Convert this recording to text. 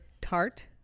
tart